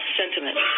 sentiment